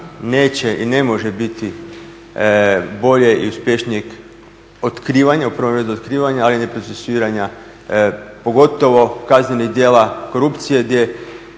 neće i ne može biti boljeg i uspješnijeg otkrivanja, u prvom redu otkrivanja, ali ni procesuiranja pogotovo kaznenih djela korupcije gdje